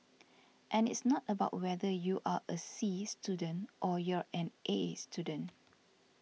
and it's not about whether you are a C student or you're an A student